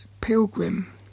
Pilgrim